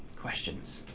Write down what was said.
questions?